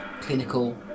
clinical